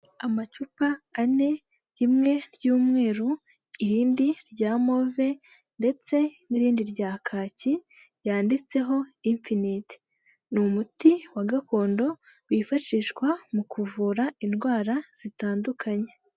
Amacupa ane rimwe ry'umweru, irindi rya move, ndetse n'irindi rya kaki, yanditseho infiniti, ni umuti wa gakondo wifashishwa mu kuvura indwara zitandukanye.